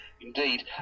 Indeed